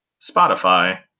Spotify